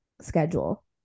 schedule